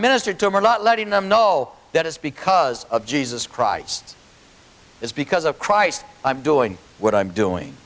ministered to him or not letting them know that it's because of jesus christ it's because of christ i'm doing what i'm doing